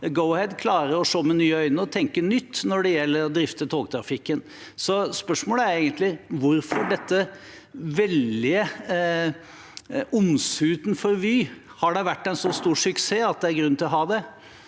Go-Ahead klarer å se med nye øyne og tenke nytt når det gjelder å drifte togtrafikken. Spørsmålet er egentlig hvorfor man har denne veldige omsuten for Vy. Har det vært en så stor suksess at det er grunn til å ha det?